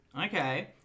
Okay